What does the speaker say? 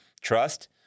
trust